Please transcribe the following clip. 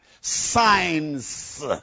signs